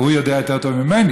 הוא יודע יותר טוב ממני.